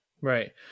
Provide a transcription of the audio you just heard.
Right